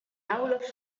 nauwelijks